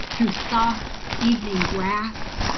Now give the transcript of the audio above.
through soft evening grass.